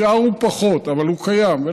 השאר הוא פחות, אבל הוא קיים.